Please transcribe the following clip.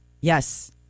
Yes